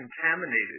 contaminated